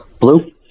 blue